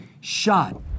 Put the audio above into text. shot